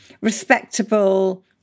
respectable